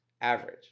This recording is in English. average